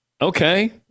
Okay